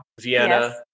Vienna